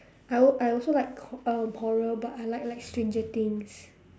I I also like err horror but I like like stranger things